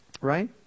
right